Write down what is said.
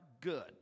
good